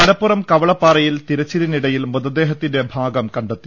മലപ്പുറം കവളപ്പാറയിൽ തിരച്ചിലിനിടയിൽ മൃതദേഹത്തിന്റെ ഭാഗം കണ്ടെത്തി